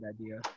idea